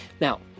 Now